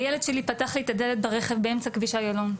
הילד שלי פתח לי את הדלת ברכב אמצע כביש איילון,